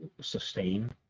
sustain